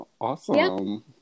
awesome